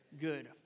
Good